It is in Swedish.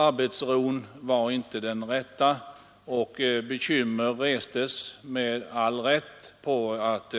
Arbetsron var inte den rätta och bekymmer uppstod i och med att